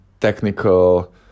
technical